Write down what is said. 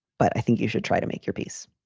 but i think you should try to make your peace.